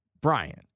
Brian